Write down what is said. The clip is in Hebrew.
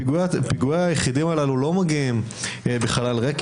פיגועי היחידים הללו לא מגיעים מחלל ריק,